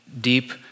deep